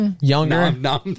Younger